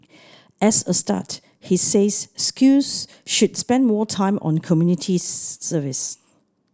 as a start he says schools should spend more time on community service